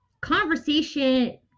conversation